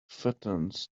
fattens